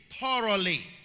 thoroughly